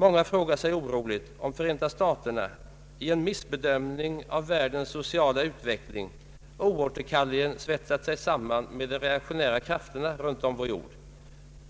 Många frågar sig oroligt om Förenta staterna i en missbedömning av världens sociala utveckling oåterkalleligen svetsat sig samman med de reaktionära krafterna runt om vår jord.